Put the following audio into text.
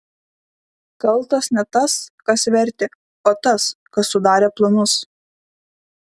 kaltas ne tas kas vertė o tas kas sudarė planus